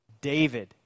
David